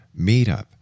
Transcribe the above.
meetup